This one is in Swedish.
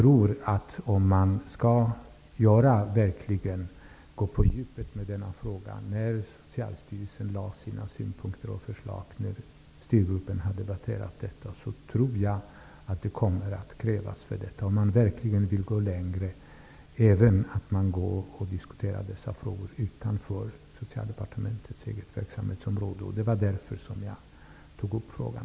Om man verkligen skall gå på djupet, kommer det att krävas att man diskuterar dessa frågor även utanför Socialdepartementets verksamhetsområde. Det var därför jag tog upp frågan.